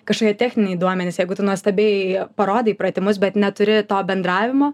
kažkokie techniniai duomenys jeigu tu nuostabiai parodei pratimus bet neturi to bendravimo